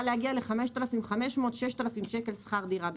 להגיע ל-5,500 - 6,000 שקל שכר דירה בחודש.